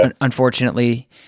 unfortunately